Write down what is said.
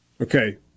Okay